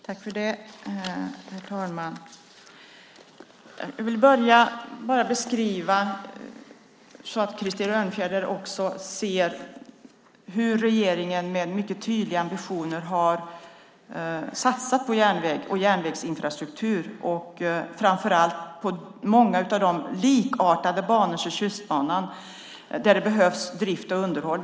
Herr talman! Jag vill ge en beskrivning av läget så att Krister Örnfjäder inser att regeringen med mycket tydliga ambitioner har satsat på järnväg och järnvägsinfrastruktur. Det gäller många banor liknande Tjustbanan, som kräver drift och underhåll.